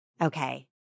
Okay